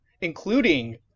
including